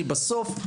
בסוף,